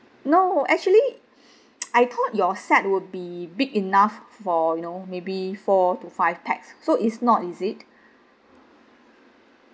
no actually I thought your set would be big enough for you know maybe four to five pax so is not is it